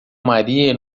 maria